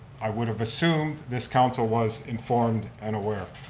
i would have assumed this council was informed and aware.